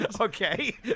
Okay